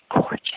gorgeous